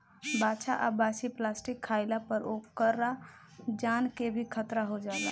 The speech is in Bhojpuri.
बाछा आ बाछी प्लास्टिक खाइला पर ओकरा जान के भी खतरा हो जाला